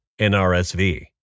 NRSV